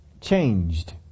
changed